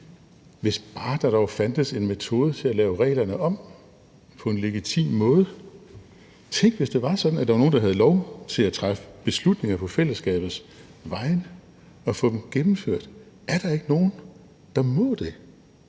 Hvis bare der dog fandtes en metode til at lave reglerne om på en legitim måde! Tænk, hvis det var sådan, at der var nogen, der havde lov til at træffe beslutninger på fællesskabets vegne og få dem gennemført! Er der ikke nogen, der må det?